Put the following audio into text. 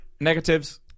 negatives